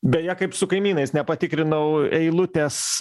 beje kaip su kaimynais nepatikrinau eilutės